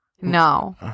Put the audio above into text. No